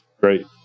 Great